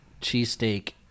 cheesesteak